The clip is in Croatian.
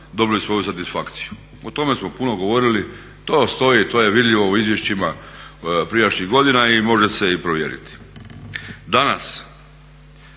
dobili svoju satisfakciju. O tome smo puno govorili, to stoji i to je vidljivo u izvješćima prijašnjih godina i može se i provjeriti.